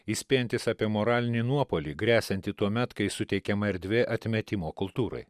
įspėjantis apie moralinį nuopuolį gresiantį tuomet kai suteikiama erdvė atmetimo kultūrai